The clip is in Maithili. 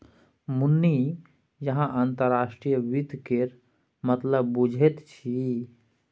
मुन्नी अहाँ अंतर्राष्ट्रीय वित्त केर मतलब बुझैत छी